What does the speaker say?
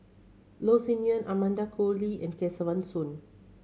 Loh Sin Yun Amanda Koe Lee and Kesavan Soon